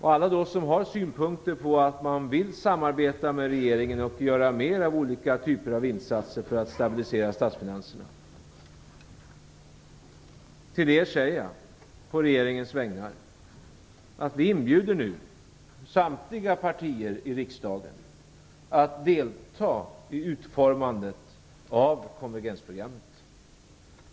Till er som har synpunkter och vill samarbeta med regeringen och göra mer av olika typer av insatser för att stabilisera statsfinanserna säger jag på regeringens vägnar att vi nu inbjuder samtliga partier i riksdagen att delta i utformandet av konvergensprogrammet.